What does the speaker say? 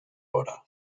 hora